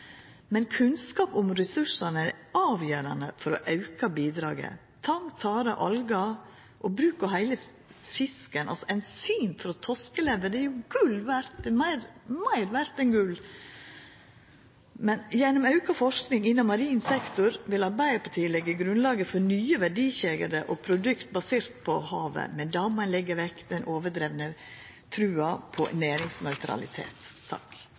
Men kunnskap om ressursane er avgjerande for å auka bidraget. Tang, tare, algar og bruk av heile fisken – enzym frå torskelever er jo meir verdt enn gull! Gjennom auka forsking innanfor marin sektor vil Arbeidarpartiet leggja grunnlaget for nye verdikjeder og produkt basert på havet, men då må ein leggja vekk den overdrivne trua på næringsnøytralitet.